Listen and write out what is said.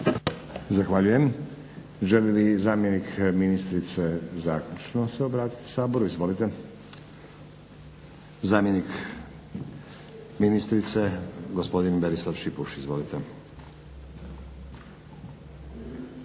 Zahvaljujem. Želi li zamjenik ministrice zaključno se obratiti Saboru? Izvolite. Zamjenik ministrice, gospodin Berislav Šipuš. Izvolite.